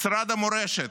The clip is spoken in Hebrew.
משרד המורשת,